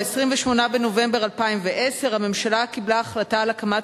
ב-28 בנובמבר 2010 הממשלה קיבלה החלטה על הקמת